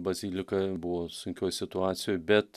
bazilika buvo sunkioj situacijoj bet